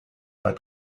pas